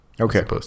Okay